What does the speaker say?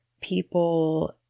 people